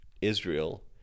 Israel